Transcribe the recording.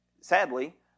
sadly